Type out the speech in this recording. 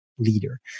Leader